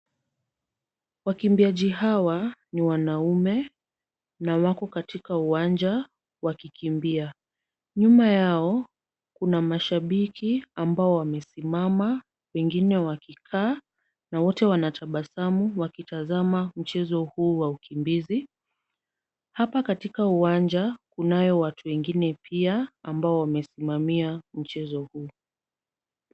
Wakimbiaji hawa ni wanaume na wako katika uwanja wakikimbia. Nyuma yao kuna mashabiki ambao wamesimama wengine wakikaa na wote wanatabasamu wakitazama mchezo huu wa ukimbizi. Hapa katika uwanja kunayo watu wengine pia ambao wamesimamia mchezo huu.